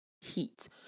heat